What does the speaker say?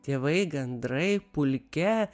tėvai gandrai pulke